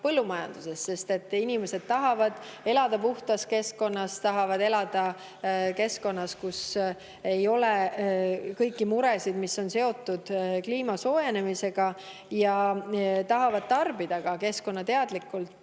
põllumajanduses, sest inimesed tahavad elada puhtas keskkonnas, tahavad elada keskkonnas, kus ei ole kõiki neid muresid, mis on seotud kliima soojenemisega, ja tahavad tarbida keskkonnateadlikult